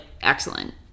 excellent